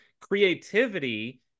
creativity